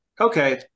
okay